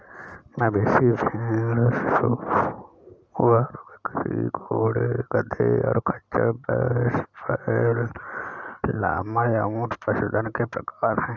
मवेशी, भेड़, सूअर, बकरी, घोड़े, गधे, और खच्चर, भैंस, बैल, लामा, या ऊंट पशुधन के प्रकार हैं